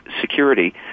security